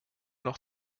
noch